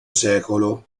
secolo